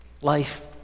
Life